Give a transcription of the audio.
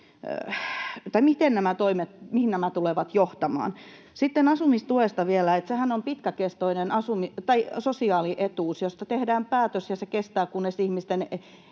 toimet mielestänne tulevat johtamaan? Sitten asumistuesta vielä, että sehän on pitkäkestoinen sosiaalietuus, josta tehdään päätös, ja se kestää, kunnes ihmisten